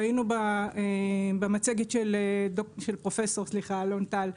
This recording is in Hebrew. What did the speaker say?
ראינו במצגת של פרופסור אלון טל,